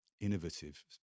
innovative